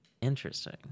Interesting